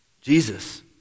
jesus